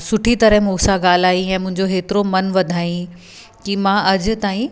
सुठी तरह मू सां ॻाल्हाईं ऐं मुंहिंजो हेतिरो मनु वधायईं की मां अॼु ताईं